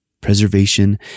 preservation